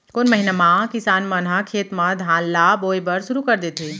कोन महीना मा किसान मन ह खेत म धान ला बोये बर शुरू कर देथे?